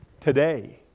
Today